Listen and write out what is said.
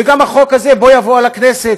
וגם החוק הזה בוא יבוא לכנסת,